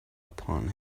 upon